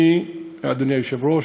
אני, אדוני היושב-ראש,